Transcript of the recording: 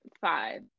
five